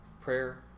prayer